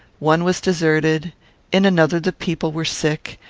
one was deserted in another the people were sick,